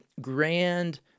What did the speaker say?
grand